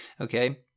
okay